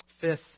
Fifth